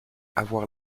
avoir